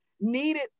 needed